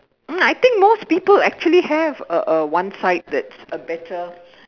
mm I think most people actually have a a one side that is a better